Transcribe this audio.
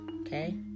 okay